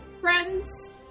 friends